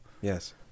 Yes